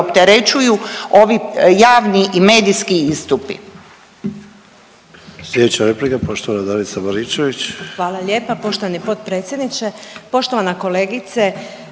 opterećuju ovi javni i medijski istupi.